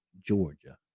Georgia